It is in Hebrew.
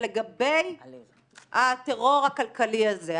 ולגבי הטרור הכלכלי הזה,